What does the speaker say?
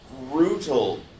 brutal